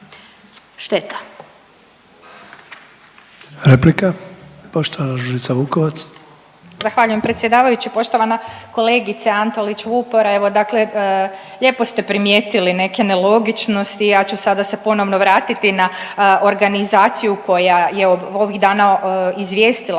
Vukovac. **Vukovac, Ružica (Nezavisni)** Zahvaljujem predsjedavajući. Poštovana kolegice Antolić Vupora, evo dakle lijepo ste primijetili neke nelogičnosti, ja ću sada se ponovno vratiti na organizaciju koja je ovih dana izvijestila